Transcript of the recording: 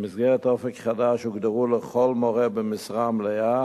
במסגרת "אופק חדש" הוגדרו לכל מורה במשרה מלאה